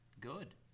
good